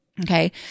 Okay